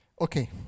Okay